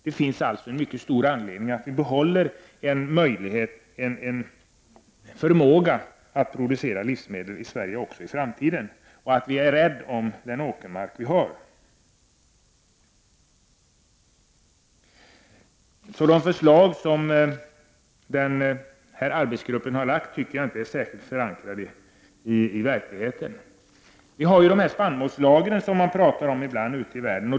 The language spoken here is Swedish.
Det finns således mycket stor anledning för oss att behålla en möjlighet, en förmåga, att producera livsmedel i Sverige även i framtiden, och vi skall vara rädda om den åkermark vi har. De förslag som arbetsgruppen har lagt fram tycker jag inte är särskilt förankrade i verkligheten. Man talar ibland om de spannmålslager som finns ute i världen.